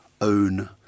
own